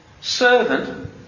servant